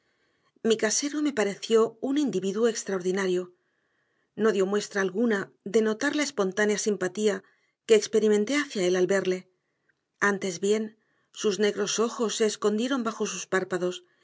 mi casero me pareció un individuo extraordinario no dio muestra alguna de notar la espontánea simpatía que experimenté hacia él al verle antes bien sus negros ojos se escondieron bajo sus párpados